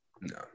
No